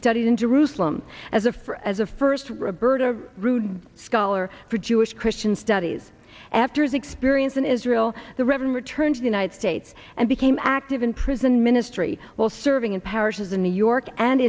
studied in jerusalem as a for as a first roberta a rude scholar for jewish christian studies after his experience in israel the reverend returned to the united states and became active in prison ministry while serving in parishes in new york and